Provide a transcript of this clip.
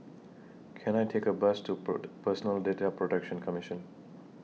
Can I Take A Bus to Pert Personal Data Protection Commission